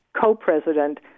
co-president